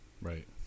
right